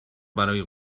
برای